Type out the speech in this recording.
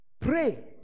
pray